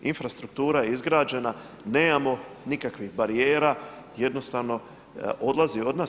Infrastruktura je izgrađena nemamo nikakvih barijera jednostavno odlazi od nas.